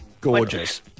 Gorgeous